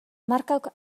markak